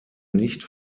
nicht